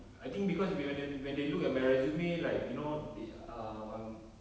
I think because we~ when they when they look at my resume like you know they ah um